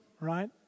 right